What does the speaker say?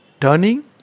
Turning